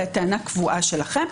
זו הטענה הקבועה שלכם.